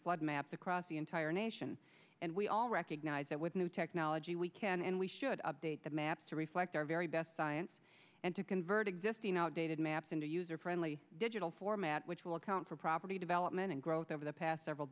flood maps across the entire nation and we all recognise that with new technology we can and we should update the maps to reflect our very best science and to convert existing outdated maps into a user friendly digital format which will account for property development and growth over the past several